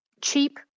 Cheap